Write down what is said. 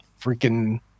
freaking